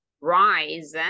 rise